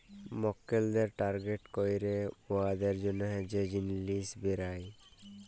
মক্কেলদের টার্গেট ক্যইরে উয়াদের জ্যনহে যে জিলিস বেলায়